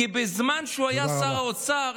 כי בזמן שהוא היה שר האוצר,